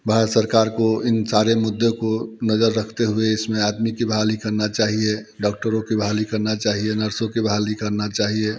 भारत सरकार को इन सारे मुद्दे को नज़र रखते हुए इस में आदमी की बहाली करना चाहिए डॉक्टरों की बहाली करना चाहिए नर्सों की बहाली करना चाहिए